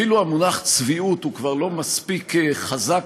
אפילו המונח "צביעות" כבר לא מספיק חזק